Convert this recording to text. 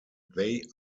they